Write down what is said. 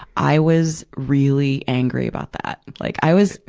i was really angry about that. like, i was,